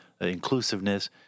inclusiveness